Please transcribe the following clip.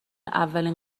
اولین